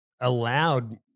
allowed